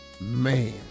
man